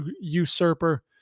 usurper